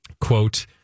quote